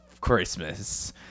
Christmas